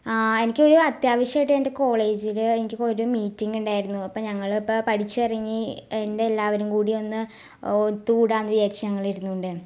ആ എനിക്കൊരു അത്യാവശ്യമായിട്ട് എൻ്റെ കോളേജിൽ എനിക്ക് പോയിട്ടൊരു മീറ്റിങ്ങ് ഉണ്ടായിരുന്നു അപ്പം ഞങ്ങളിപ്പം പഠിച്ചിറങ്ങി എൻ്റെ എല്ലാവരും കൂടി ഒന്ന് ഒത്തുകൂടാമെന്ന് വിചാരിച്ച് ഞങ്ങളിരുന്നോണ്ട്